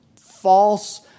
false